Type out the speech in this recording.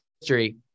history